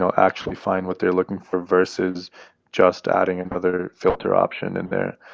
so actually find what they're looking for versus just adding another filter option in there.